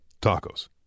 Tacos